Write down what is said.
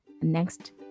Next